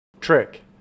Trick